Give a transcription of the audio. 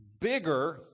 bigger